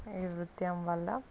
ఈ నృత్యం వల్ల